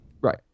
Right